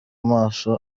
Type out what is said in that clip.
maso